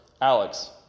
Alex